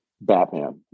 Batman